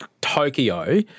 Tokyo